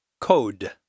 Code